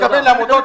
אני מתכוון לעמותות.